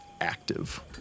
active